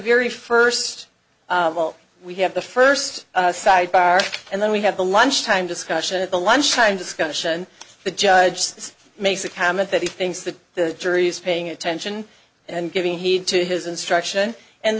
very first of all we have the first side bar and then we have a lunchtime discussion at the lunch time discussion the judge makes a comment that he thinks that the jury is paying attention and giving heed to his instruction and